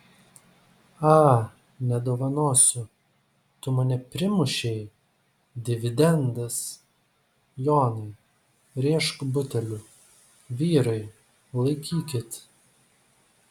a nedovanosiu tu mane primušei dividendas jonai rėžk buteliu vyrai laikykit